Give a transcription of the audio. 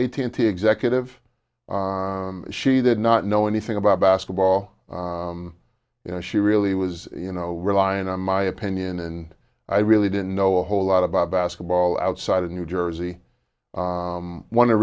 eighteen to executive she did not know anything about basketball you know she really was you know relying on my opinion and i really didn't know a whole lot about basketball outside of new jersey one of the